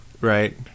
right